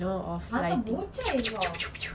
hentam bocai kau